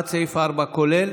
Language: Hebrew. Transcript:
עד סעיף 4, כולל.